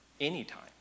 anytime